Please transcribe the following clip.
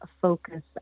focus